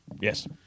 Yes